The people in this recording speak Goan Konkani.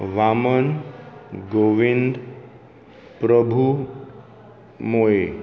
वामन गोविंद प्रभू मोये